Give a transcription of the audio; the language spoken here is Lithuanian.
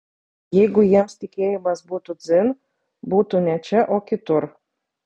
jeigu jiems tikėjimas būtų dzin būtų ne čia o kitur